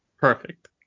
Perfect